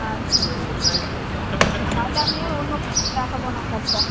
আচ্ছা হ্যাঁ তাহলে আমি আর অন্য কাউকে দেখাব না ঘরটা